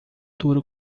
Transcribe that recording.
duro